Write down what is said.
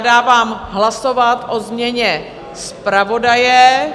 Dávám hlasovat o změně zpravodaje.